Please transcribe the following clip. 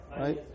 right